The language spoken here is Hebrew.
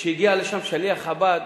וכשהגיע לשם שליח חב"ד,